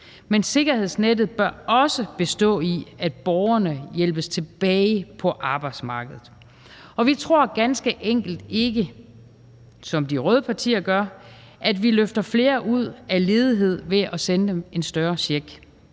Men sikkerhedsnettet bør også bestå i, at borgerne hjælpes tilbage på arbejdsmarkedet. Og vi tror ganske enkelt ikke – som de røde partier gør – at vi løfter flere ud af ledighed ved at sende dem en større check.